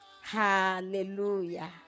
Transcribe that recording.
Hallelujah